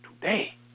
today